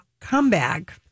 comeback